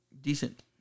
decent